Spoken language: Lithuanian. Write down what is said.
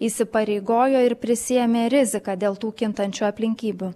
įsipareigojo ir prisiėmė riziką dėl tų kintančių aplinkybių